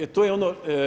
E, to je ono.